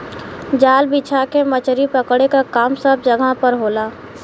जाल बिछा के मछरी पकड़े क काम सब जगह पर होला